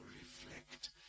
reflect